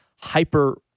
hyper